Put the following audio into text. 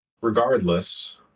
regardless